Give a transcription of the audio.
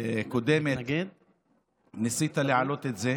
הקודמת ניסית להעלות את זה.